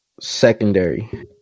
secondary